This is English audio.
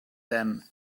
them